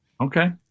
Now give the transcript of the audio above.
Okay